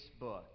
Facebook